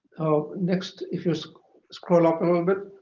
next, if you'll scroll up a little bit,